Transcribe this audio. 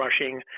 rushing